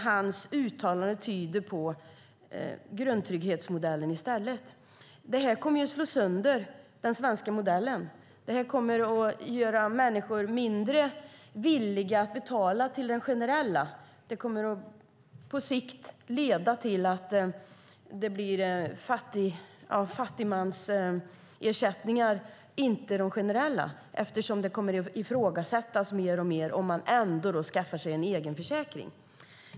Hans uttalanden tyder på att han tycker att vi ska ha grundtrygghetsmodellen i stället. Det kommer att slå sönder den svenska modellen. Det kommer att göra människor mindre villiga att betala till den generella välfärdsmodellen. På sikt kommer det att leda till att det blir fattigmansersättningar och inte generella ersättningar eftersom de kommer att ifrågasättas mer och mer om man ändå skaffar sig en egen försäkring.